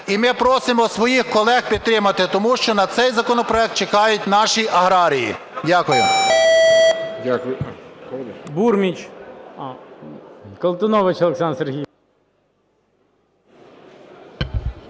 І ми просимо своїх колег підтримати, тому що на цей законопроект чекають наші аграрії. Дякую.